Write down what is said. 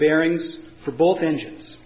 bearings for both engines